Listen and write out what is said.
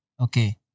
Okay